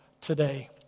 today